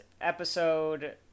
episode